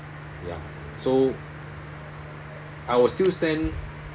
ya so I will still stand